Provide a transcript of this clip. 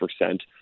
percent